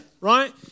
Right